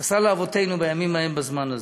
שעשה לאבותינו בימים ההם בזמן הזה.